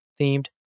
themed